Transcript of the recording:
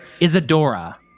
Isadora